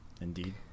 indeed